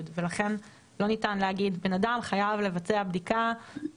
ולכן לא ניתן להגיד שבן אדם חייב לבצע בדיקה.